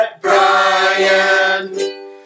Brian